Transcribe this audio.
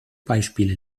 beispiele